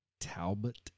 Talbot